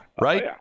right